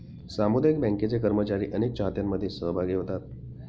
सामुदायिक बँकांचे कर्मचारी अनेक चाहत्यांमध्ये सहभागी होतात